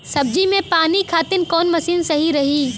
सब्जी में पानी खातिन कवन मशीन सही रही?